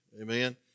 Amen